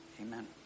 Amen